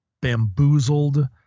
bamboozled